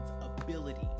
ability